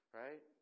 right